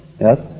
Yes